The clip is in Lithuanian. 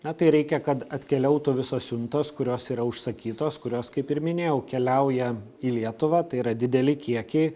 na tai reikia kad atkeliautų visos siuntos kurios yra užsakytos kurios kaip ir minėjau keliauja į lietuvą tai yra dideli kiekiai